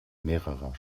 mehrerer